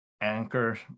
Anchor